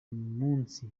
munsi